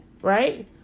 right